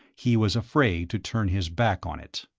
he was afraid to turn his back on it.